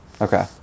Okay